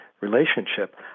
relationship